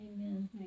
Amen